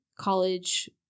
college